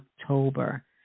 October